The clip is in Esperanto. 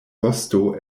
vosto